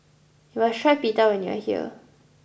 you must try Pita when you are here